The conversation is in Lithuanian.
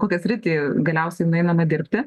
kokią sritį galiausiai nueiname dirbti